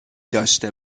داشته